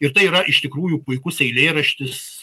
ir tai yra iš tikrųjų puikus eilėraštis